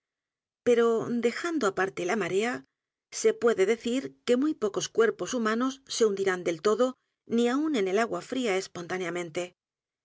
pero dejando aparte la marea se puede decir que muy pocos cuerpos humanos se hundirán del todo ni aun en el agua fría espontáneamente